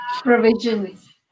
provisions